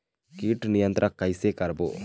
कीट नियंत्रण कइसे करबो?